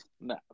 No